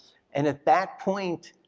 and at that point,